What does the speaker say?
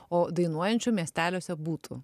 o dainuojančių miesteliuose būtų